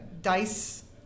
dice